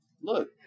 look